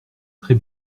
très